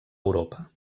europa